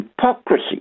hypocrisy